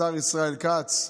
השר ישראל כץ,